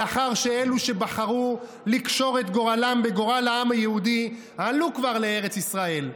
לאחר שאלו שבחרו לקשור את גורלם בגורל העם היהודי עלו כבר לארץ ישראל,